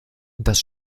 das